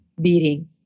beating